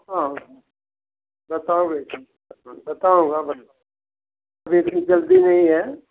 हाँ पता होगा अभी इतनी जल्दी नहीं है